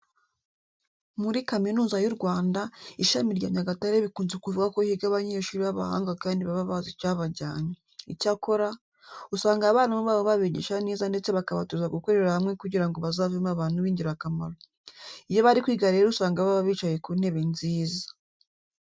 Muri Kaminuza y'u Rwanda, ishami rya Nyagatare bikunze kuvugwa ko higa abanyeshuri b'abahanga kandi baba bazi icyabajyanye. Icyakora, usanga abarimu babo babigisha neza ndetse bakabatoza gukorera hamwe kugira ngo bazavemo abantu b'ingirakamaro. Iyo bari kwiga rero usanga baba bicaye ku ntebe nziza.